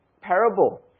parable